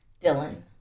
Dylan